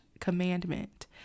commandment